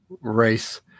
race